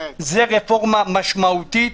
זו רפורמה משמעותית,